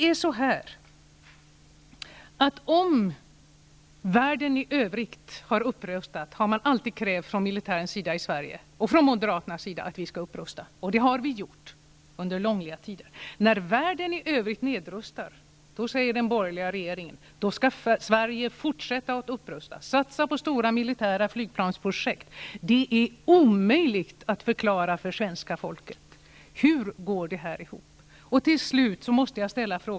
När världen i övrigt har upprustat, har man från militärens och moderaternas sida i Sverige alltid krävt att vi skall upprusta. Det har vi gjort under långa tider. När världen i övrigt nedrustar, vill den borgerliga regeringen att Sverige skall fortsätta att upprusta och fortsätta att satsa på stora militära flygplansprojekt. Det här är omöjligt att förklara för svenska folket. Hur går det ihop?